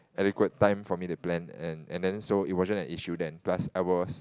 adequate time for me to plan and and then so it wasn't an issue then plus I was